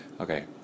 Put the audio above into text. okay